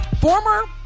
Former